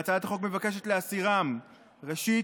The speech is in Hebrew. והצעת החוק מבקשת להסירם: ראשית,